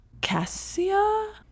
Cassia